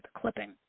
clipping